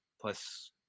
plus